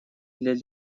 для